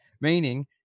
Meaning